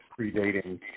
predating